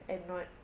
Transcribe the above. and not